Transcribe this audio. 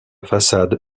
façade